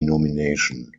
nomination